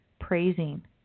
praising